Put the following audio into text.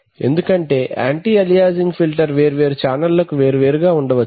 ఎందుకంటే anti aliasing filter వేర్వేరు ఛానెల్లకు వేరు వేరుగా ఉండవచ్చు